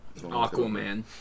Aquaman